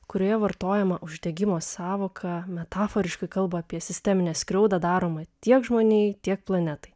kurioje vartojama uždegimo sąvoka metaforiškai kalba apie sisteminę skriauda daromą tiek žmonijai tiek planetai